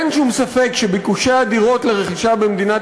אין שום ספק שביקושי הדירות לרכישה במדינת